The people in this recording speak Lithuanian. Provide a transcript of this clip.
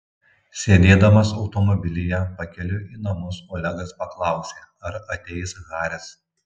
sėdėdamas automobilyje pakeliui į namus olegas paklausė ar ateis haris